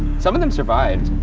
some of them survived.